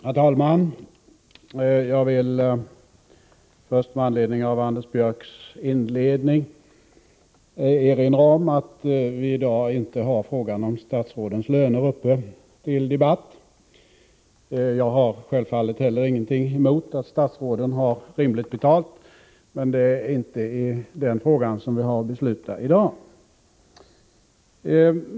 Herr talman! Jag vill först med anledning av Anders Björcks inledning erinra om att vi i dag inte har frågan om statsrådens löner uppe till debatt. Självfallet har inte heller jag någonting emot att statsråden har rimligt betalt, men det är inte i den frågan vi i dag har att fatta beslut.